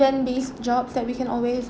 ~ven these jobs that we can always